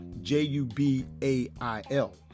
J-U-B-A-I-L